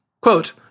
Quote